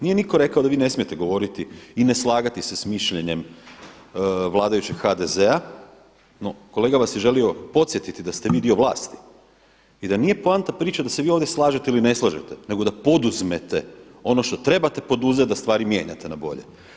Nije nitko rekao da vi ne smijete govoriti i ne slagati se s mišljenjem vladajućeg HDZ-a, no kolega vas je želio podsjetiti da ste vi dio vlasti i da nije poanta priče da se vi ovdje slažete ili ne slažete nego da poduzmete ono što trebate poduzeti da stvari mijenjate na bolje.